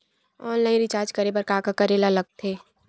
Online recharge करे बर का का करे ल लगथे?